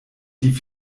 die